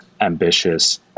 ambitious